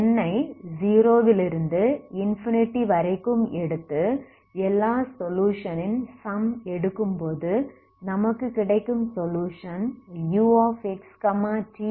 n ஐ 0 விலிருந்து infinity வரைக்கும் எடுத்து எல்லா சொலுயுஷன் ன் சம் எடுக்கும்போது நமக்கு கிடைக்கும் சொலுயுஷன் uxtn0cos 2n1πx2L